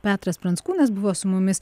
petras pranckūnas buvo su mumis